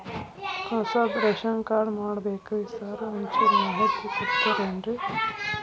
ಹೊಸದ್ ration card ಮಾಡ್ಬೇಕ್ರಿ sir ಒಂಚೂರ್ ಮಾಹಿತಿ ಕೊಡ್ತೇರೆನ್ರಿ?